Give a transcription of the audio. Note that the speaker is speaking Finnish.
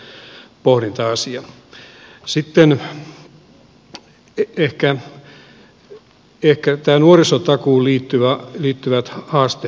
sitten ehkä tähän nuorisotakuuseen liittyvät haasteet